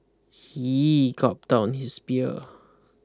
he gulped down his beer